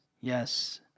Yes